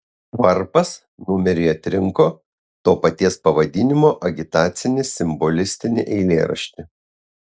varpas numeriui atrinko to paties pavadinimo agitacinį simbolistinį eilėraštį